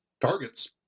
targets